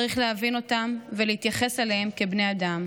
צריך להבין אותם ולהתייחס אליהם כבני אדם: